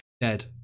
Dead